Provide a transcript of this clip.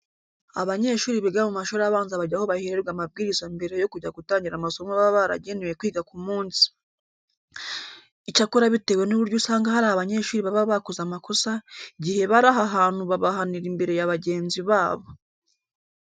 Abanyeshuri biga mu mashuri abanza bajya aho bahererwa amabwiriza mbere yo kujya gutangira amasomo baba baragenewe kwiga ku munsi. Icyakora bitewe n'uburyo usanga hari abanyeshuri baba bakoze amakosa, igihe bari aha hantu babahanira imbere ya bagenzi babo.